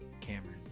Cameron